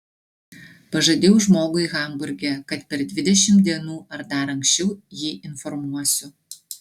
pažadėjau žmogui hamburge kad per dvidešimt dienų ar dar anksčiau jį informuosiu